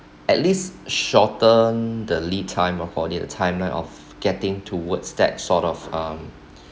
at least shorten the lead time of lead time of of getting towards that sort of um